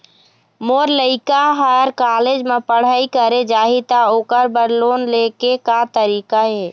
मोर लइका हर कॉलेज म पढ़ई करे जाही, त ओकर बर लोन ले के का तरीका हे?